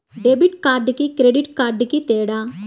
Debit కార్డుకి credit కార్డుకి తేడా?